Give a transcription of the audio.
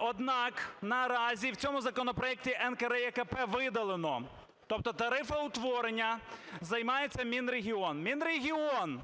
Однак наразі в цьому законопроекті НКРЕКП видалено, тобто тарифоутворенням займається Мінрегіон. Мінрегіон